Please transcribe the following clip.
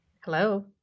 Hello